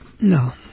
No